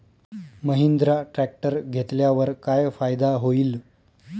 Mahindra tractor घेतल्यावर काय फायदा होईल?